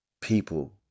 people